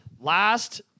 last